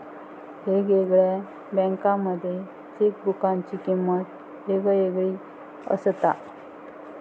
येगयेगळ्या बँकांमध्ये चेकबुकाची किमंत येगयेगळी असता